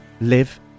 live